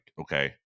Okay